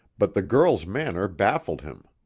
but the girl's manner baffled him,